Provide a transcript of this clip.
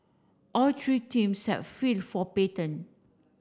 all three teams have for patent